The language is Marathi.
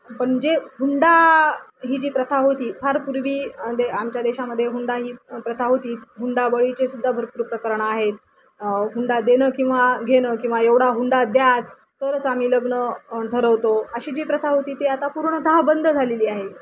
पण जे हुंडा ही जी प्रथा होती फार पूर्वी आमच्या देशामध्ये हुंडा ही प्रथा होती हुंडाबळीचे सुद्धा भरपूर प्रकरणं आहेत हुंडा देणं किंवा घेणं किंवा एवढा हुंडा द्याचं तरच आम्ही लग्न ठरवतो अशी जी प्रथा होती ती आता पूर्णत बंद झालेली आहे